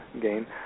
gain